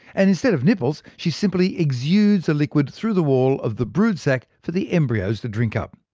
and, instead of nipples, she simply exudes a liquid through the wall of the brood sac for the embryos to drink up.